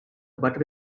butter